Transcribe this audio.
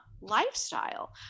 lifestyle